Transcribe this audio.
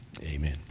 amen